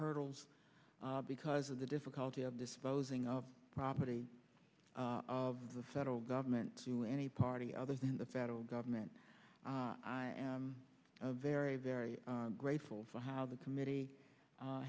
hurdles because of the difficulty of disposing of property of the federal government to any party other than the federal government i am very very grateful for how the committee